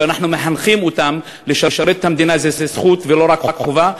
ואנחנו מחנכים אותם שלשרת את המדינה זו זכות ולא רק חובה?